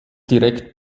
direkt